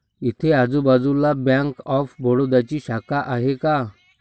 इथे आजूबाजूला bank of बडोदाची शाखा आहे का?